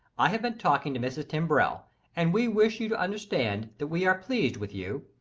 i have been talking to mrs. timbrell and we wish you to understand that we are pleased with you.